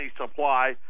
supply